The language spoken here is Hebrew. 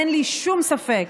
אין לי שום ספק,